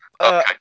Okay